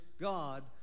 God